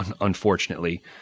unfortunately